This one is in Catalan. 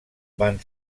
van